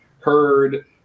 heard